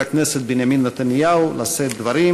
חבר הכנסת בנימין נתניהו לשאת דברים.